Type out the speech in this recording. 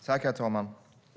Herr talman!